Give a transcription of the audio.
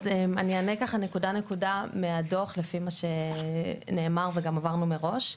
אני אענה נקודה נקודה מהדו"ח לפי מה שנאמר וגם עברנו מראש.